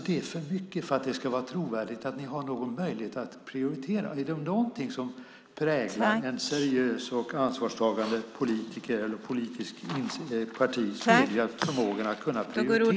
Det är för mycket för att det ska vara trovärdigt att ni har råd och möjlighet att prioritera, och är det någonting som präglar ett seriöst och ansvarstagande politiskt parti är det förmågan att kunna prioritera.